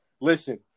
Listen